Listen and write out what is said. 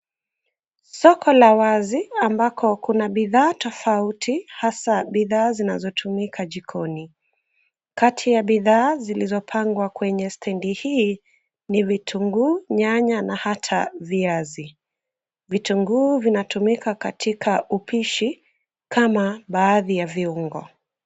Soko la wazi ambako kuna bidhaa tofauti hasa bidhaa zinazotumika jikoni, kati ya bidhaa zilizopangwa kwenye stendi hii ni vitunguu ,nyanya na hata viazi ,vitunguu vinatumika katika upishi kama baadhi ya viungo.